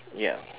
ya correct